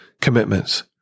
commitments